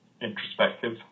introspective